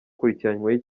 akurikiranyweho